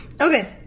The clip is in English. Okay